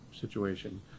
situation